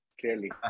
Clearly